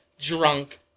drunk